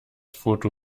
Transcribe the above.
foto